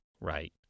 right